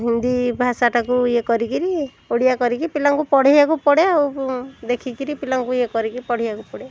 ହିନ୍ଦୀ ଭାଷାଟାକୁ ଇଏ କରିକିରି ଓଡ଼ିଆ କରିକି ପିଲାଙ୍କୁ ପଢ଼େଇବାକୁ ପଡ଼େ ଆଉ ଦେଖିକରି ପିଲାଙ୍କୁ ଇଏ କରିକି ପଢ଼େଇବାକୁ ପଡ଼େ